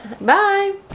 bye